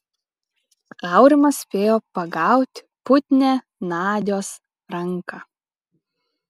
aurimas spėjo pagaut putnią nadios ranką